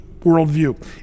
worldview